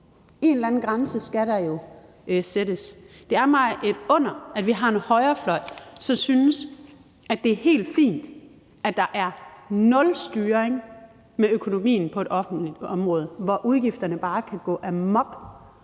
En eller anden grænse skal der jo sættes. Det er mig et under, at vi har en højrefløj, som synes, at det er helt fint, at der er nul styring af økonomien på et offentligt område, hvor udgifterne bare kan gå amok,